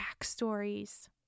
backstories